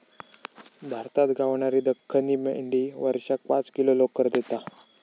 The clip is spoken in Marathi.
भारतात गावणारी दख्खनी मेंढी वर्षाक पाच किलो लोकर देता